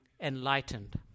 enlightened